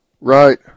Right